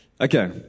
Okay